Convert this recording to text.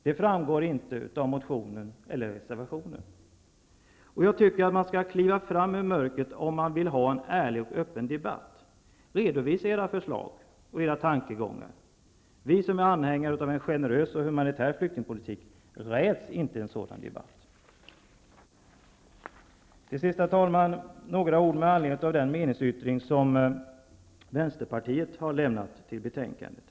Det framgår varken av motionen eller av reservationen. Jag tycker att man skall kliva fram ur mörkret, om man vill ha en ärlig och öppen debatt. Redovisa era förslag och tankegångar! Vi som är anhängare av en generös och humanitär flyktingpolitik räds inte en sådan debatt. Herr talman! Till sist några ord med anledning av den meningsyttring som Vänsterpartiet har fogat till betänkandet.